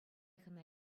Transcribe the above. хӑна